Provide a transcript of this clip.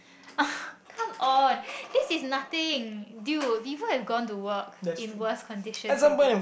come on this is nothing dude people have gone to work in worse conditions than this